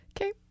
okay